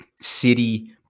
City